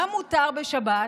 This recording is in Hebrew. מה מותר בשבת?